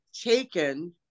taken